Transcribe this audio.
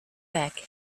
back